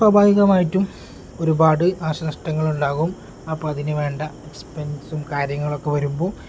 സ്വാഭാവികമായിട്ടും ഒരുപാട് നാശനഷ്ടങ്ങൾ ഉണ്ടാകും അപ്പം അതിന് വേണ്ട എക്സ്പെൻസും കാര്യങ്ങളൊക്കെ വരുമ്പോൾ